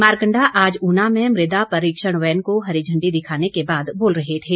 मारकंडा आज ऊना में मृदा परीक्षण वैन को हरी झंडी दिखाने के बाद बोल रहे थे